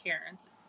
parents